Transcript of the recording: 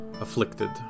Afflicted